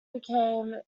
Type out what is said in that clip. became